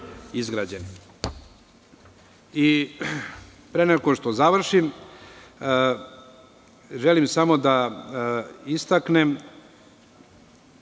izgrađeni. Pre nego što završim, želim samo da istaknem